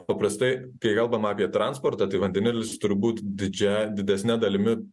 paprastai kai kalbam apie transportą tai vandenilis turbūt didžiąja didesne dalimi